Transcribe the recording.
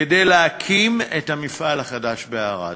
כדי להקים את המפעל החדש בערד.